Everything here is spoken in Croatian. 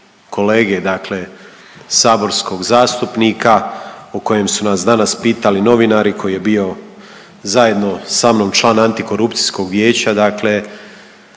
kolege, dakle saborskog zastupnika o kojem su nas danas pitali novinari koji je bio zajedno sa mnom član Antikorupcijskog vijeća, dakle